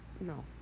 no